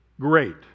great